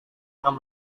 akan